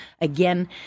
again